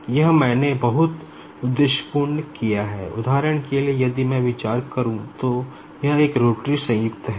यह मैंने बहुत उद्देश्यपूर्वक किया है उदाहरण के लिए यदि मैं विचार करूं तो यह एक रोटरी संयुक्त है